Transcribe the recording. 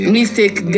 Mistake